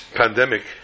pandemic